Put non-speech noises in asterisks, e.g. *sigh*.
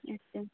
*unintelligible*